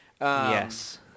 Yes